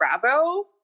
Bravo